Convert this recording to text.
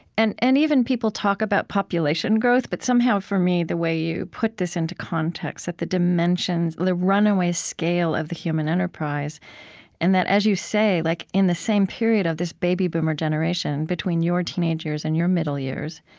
and and even, people talk about population growth. but somehow, for me, the way you put this into context that the dimensions, the runaway scale of the human enterprise and that, as you say, like in the same period of this baby boomer generation, between your teenage years and your middle years,